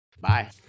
Bye